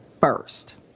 first